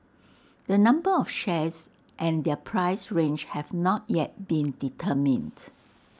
the number of shares and their price range have not yet been determined